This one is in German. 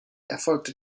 erfolgte